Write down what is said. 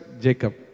Jacob